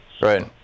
Right